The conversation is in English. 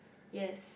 yes